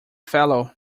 fellow